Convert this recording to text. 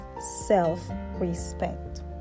self-respect